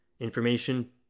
Information